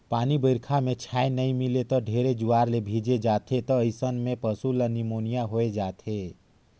पानी बइरखा में छाँय नइ मिले त ढेरे जुआर ले भीजे जाथें त अइसन में पसु ल निमोनिया होय जाथे